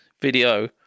video